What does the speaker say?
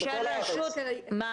זה לא עצבים, זה